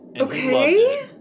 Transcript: Okay